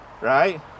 right